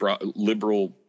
liberal